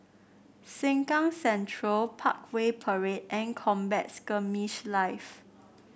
Sengkang Central Parkway Parade and Combat Skirmish Live